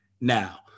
now